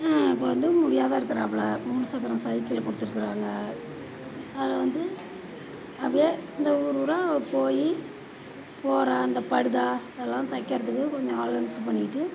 இப்போ வந்து முடியாத இருக்கிறாப்புல மூணு சக்கரம் சைக்கிள் கொடுத்துருக்குறாங்க அதில் வந்து அப்படியே இந்த ஊர் ஊராக போய் போர்வை அந்த படுதா இதெலாம் தைக்கறதுக்கு கொஞ்சம் அலோன்ஸ் பண்ணிக்கிட்டு